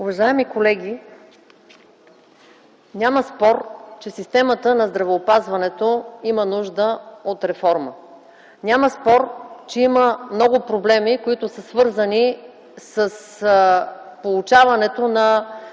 Уважаеми колеги, няма спор, че системата на здравеопазването има нужда от реформа. Няма спор, че има много проблеми, които са свързани с получаването на